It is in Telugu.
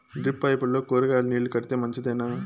డ్రిప్ పైపుల్లో కూరగాయలు నీళ్లు కడితే మంచిదేనా?